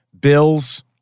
Bills